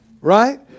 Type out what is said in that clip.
Right